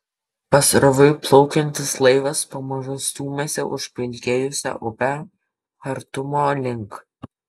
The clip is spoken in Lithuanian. pasroviui plaukiantis laivas pamažu stūmėsi užpelkėjusia upe chartumo link